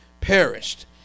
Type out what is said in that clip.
perished